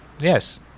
Yes